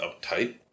uptight